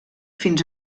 fins